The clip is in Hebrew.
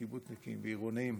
קיבוצניקים ועירוניים.